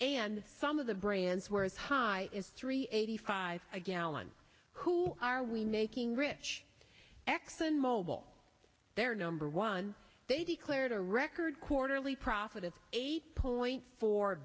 and some of the brands were as high as three eighty five a gallon who are we making rich exxon mobil they're number one they declared a record quarterly profit of eight point four